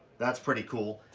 that's pretty cool.